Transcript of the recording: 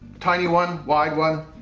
tiny one, wide one.